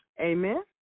Amen